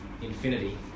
infinity